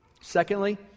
Secondly